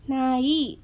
ನಾಯಿ